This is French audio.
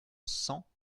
cent